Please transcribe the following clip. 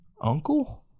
uncle